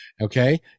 okay